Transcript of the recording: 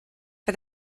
for